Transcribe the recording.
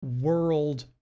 world